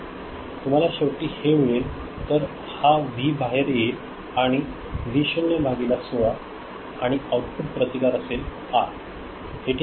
तुम्हाला शेवटी हे मिळेल तर हा व्ही बाहेर येईल आणि व्ही 0 भागिले 16 आणि आउटपुट प्रतिकार असेल आर हे ठीक आहे